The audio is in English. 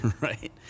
Right